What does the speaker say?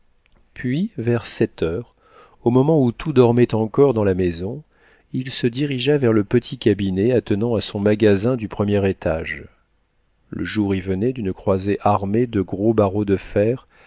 puis vers sept heures au moment où tout dormait encore dans la maison il se dirigea vers le petit cabinet attenant à son magasin du premier étage le jour y venait d'une croisée armée de gros barreaux de fer